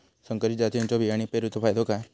संकरित जातींच्यो बियाणी पेरूचो फायदो काय?